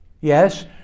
Yes